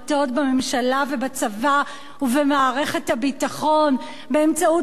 ובצבא ובמערכת הביטחון באמצעות הדלפות,